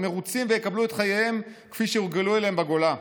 מרוצים ויקבלו את חייהם כפי שהורגלו אליהם בגולה,